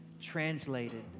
translated